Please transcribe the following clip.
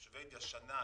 שוודיה שנה,